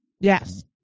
Yes